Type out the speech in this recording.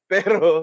Pero